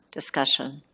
discussion?